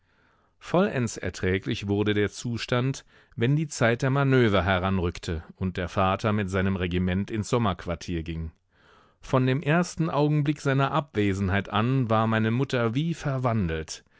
vollends erträglich wurde der zustand wenn die zeit der manöver heranrückte und der vater mit seinem regiment ins sommerquartier ging von dem ersten augenblick seiner abwesenheit an war meine mutter wie verwandelt